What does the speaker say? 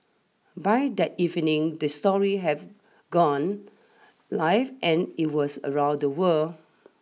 by that evening the story have gone live and it was around the world